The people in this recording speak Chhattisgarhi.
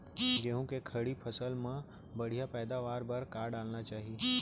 गेहूँ के खड़ी फसल मा बढ़िया पैदावार बर का डालना चाही?